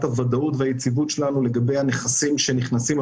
הוודאות והיציבות שלנו לגבי אותם נכסים.